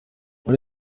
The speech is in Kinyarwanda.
muri